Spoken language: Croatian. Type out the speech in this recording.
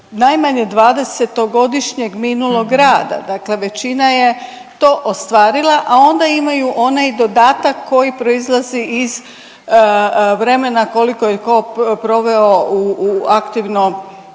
najmanje 20-godišnjem minulog rada, dakle većina je to ostvarila, a onda imaju onaj dodatak koji proizlazi iz vremena koliko je tko proveo u aktivnom,